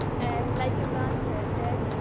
and like imran said,